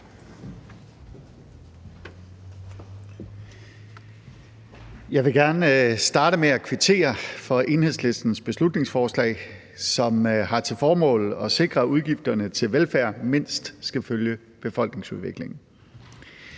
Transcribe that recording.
Jeg vil gerne starte med at kvittere for Enhedslistens beslutningsforslag, som har til formål at sikre, at udgifterne til velfærd mindst skal følge befolkningsudviklingen.